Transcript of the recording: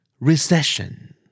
Recession